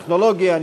טכנולוגיה,